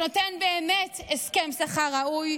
שנותן באמת הסכם שכר ראוי,